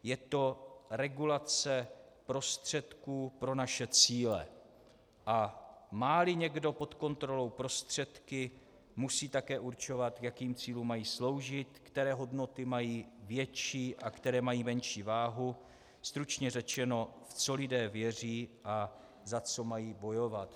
Je to regulace prostředků pro naše cíle, a máli někdo pod kontrolou prostředky, musí také určovat, k jakým cílům mají sloužit, které hodnoty mají větší a které mají menší váhu, stručně řečeno, v co lidé věří a za co mají bojovat.